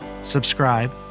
subscribe